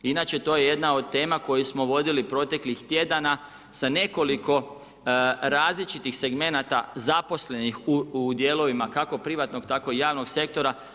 Inače to je jedna od tema koju smo vodili proteklih tjedana sa nekoliko različitih segmenata zaposlenih u dijelovima kako privatnog tako i javnog sektora.